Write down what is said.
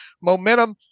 momentum